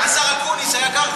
השר אקוניס היה גם,